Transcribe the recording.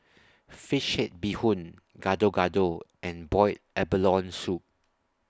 Fish Head Bee Hoon Gado Gado and boiled abalone Soup